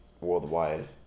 worldwide